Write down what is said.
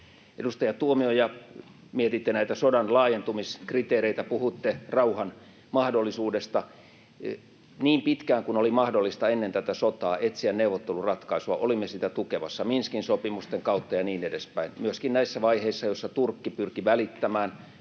Edustaja Tuomioja, mietitte näitä sodan laajentumiskriteereitä, puhuitte rauhan mahdollisuudesta. Niin pitkään kuin oli mahdollista ennen tätä sotaa etsiä neuvotteluratkaisua, olimme sitä tukemassa, Minskin sopimusten kautta ja niin edespäin, myöskin näissä vaiheissa, joissa Turkki pyrki välittämään